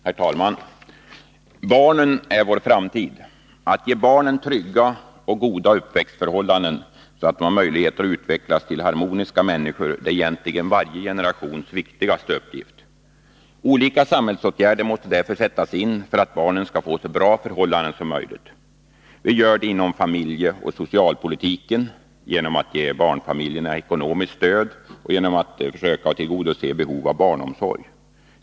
Herr talman! Barnen är vår framtid. Att ge barnen trygga och goda uppväxtförhållanden, så att de har möjligheter att utvecklas till harmoniska människor, är egentligen varje generations viktigaste uppgift. Olika samhällsåtgärder måste därför sättas in, för att barnen skall få så bra förhållanden som möjligt. Vi gör det inom familjeoch socialpolitiken genom att ge barnfamiljerna ekonomiskt stöd och genom att försöka tillgodose behov av barnomsorg.